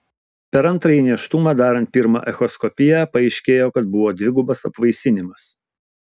per antrąjį nėštumą darant pirmą echoskopiją paaiškėjo kad buvo dvigubas apvaisinimas